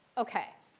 ok,